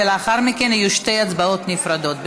ולאחר מכן יהיו שתי הצבעות נפרדות.